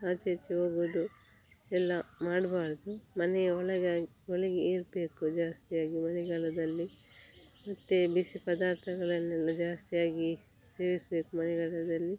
ಆಚೀಚೆ ಹೋಗುವುದು ಎಲ್ಲ ಮಾಡಬಾರ್ದು ಮನೆಯ ಒಳಗೆ ಒಳಗೆ ಇರಬೇಕು ಜಾಸ್ತಿಯಾಗಿ ಮಳೆಗಾಲದಲ್ಲಿ ಮತ್ತು ಬಿಸಿ ಪದಾರ್ಥಗಳನ್ನೆಲ್ಲ ಜಾಸ್ತಿಯಾಗಿ ಸೇವಿಸಬೇಕು ಮಳೆಗಾಲದಲ್ಲಿ